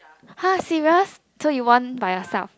!huh! serious so you won by yourself